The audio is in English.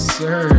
sir